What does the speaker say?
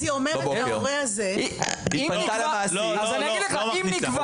אם נקבע